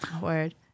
Word